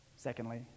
Secondly